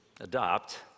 adopt